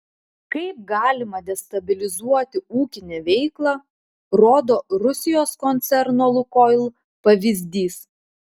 kaip galima destabilizuoti ūkinę veiklą rodo rusijos koncerno lukoil pavyzdys